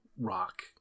rock